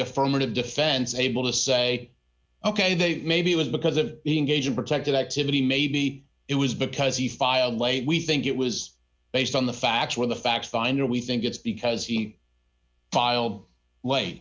affirmative defense able to say ok they maybe it was because of being agent protected activity maybe it was because he filed late we think it was based on the facts when the fact finder we think it's because he filed l